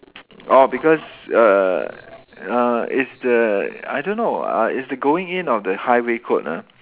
orh because err err it's the I don't know uh it's the going in of the highway code ah